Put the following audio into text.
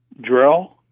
drill